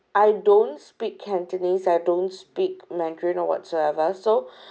I don't speak cantonese I don't speak mandarin or whatsoever so